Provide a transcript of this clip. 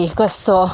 questo